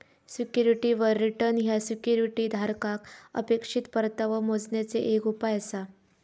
सिक्युरिटीवर रिटर्न ह्या सिक्युरिटी धारकाक अपेक्षित परतावो मोजण्याचे एक उपाय आसा